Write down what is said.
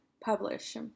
publish